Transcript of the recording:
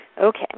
Okay